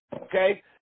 okay